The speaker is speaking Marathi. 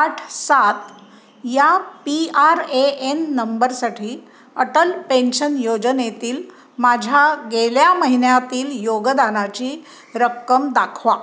आठ सात या पी आर ए एन नंबरसाठी अटल पेन्शन योजनेतील माझ्या गेल्या महिन्यातील योगदानाची रक्कम दाखवा